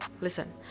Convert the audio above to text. listen